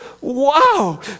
wow